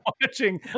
watching